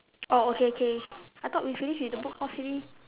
oh okay okay I thought we finish with the book house already